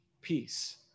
peace